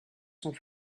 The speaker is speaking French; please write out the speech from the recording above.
sont